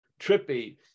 trippy